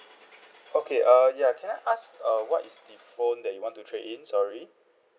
okay err ya can I ask uh what is the phone that you want to trade in sorry